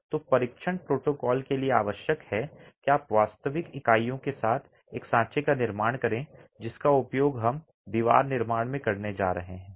तो परीक्षण प्रोटोकॉल के लिए आवश्यक है कि आप वास्तविक इकाइयों के साथ एक सांचे का निर्माण करें जिसका उपयोग हम दीवार निर्माण में करने जा रहे हैं